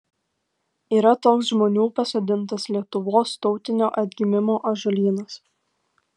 yra toks žmonių pasodintas lietuvos tautinio atgimimo ąžuolynas